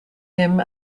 him